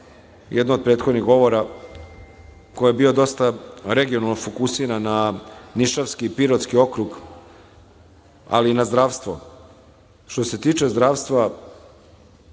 jedan od prethodnih govora, koji je bio dosta regionalno fokusiran na Nišavski i Pirotski okrug, ali i na zdravstvo. Što se tiče zdravstva,